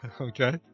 Okay